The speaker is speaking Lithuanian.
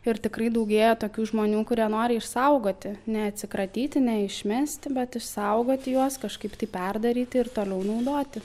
ir tikrai daugėja tokių žmonių kurie nori išsaugoti ne atsikratyti ne išmesti bet išsaugoti juos kažkaip tai perdaryti ir toliau naudoti